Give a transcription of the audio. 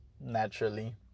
naturally